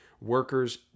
workers